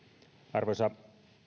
arvoisa